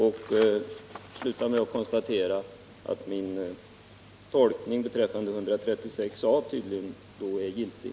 Jag slutar med att konstatera att min tolkning beträffande 136 a § tydligen är giltig.